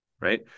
right